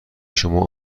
شما